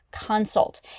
consult